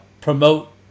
promote